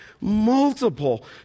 multiple